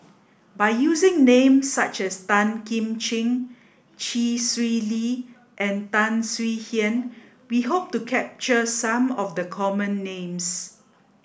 by using names such as Tan Kim Ching Chee Swee Lee and Tan Swie Hian we hope to capture some of the common names